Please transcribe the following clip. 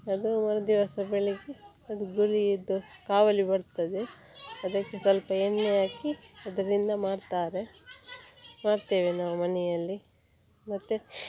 ಅದು ಮರುದಿವಸ ಬೆಳಿಗ್ಗೆ ಅದು ಗುಳಿಯದ್ದು ಕಾವಲಿ ಬರ್ತದೆ ಅದಕ್ಕೆ ಸ್ವಲ್ಪ ಎಣ್ಣೆ ಹಾಕಿ ಅದರಿಂದ ಮಾಡ್ತಾರೆ ಮಾಡ್ತೇವೆ ನಾವು ಮನೆಯಲ್ಲಿ ಮತ್ತು